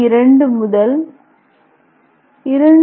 2 முதல் 2